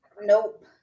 Nope